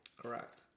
Correct